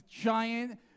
giant